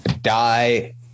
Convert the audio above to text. die